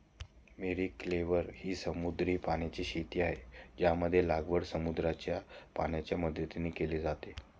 mariculture ही समुद्री पाण्याची शेती आहे, ज्यामध्ये लागवड समुद्राच्या पाण्याच्या मदतीने केली जाते